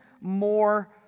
more